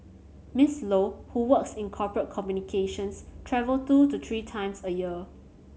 Miss Low who works in corporate communications travel two to three times a year